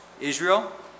Israel